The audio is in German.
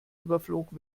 überflog